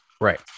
Right